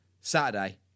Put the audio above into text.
Saturday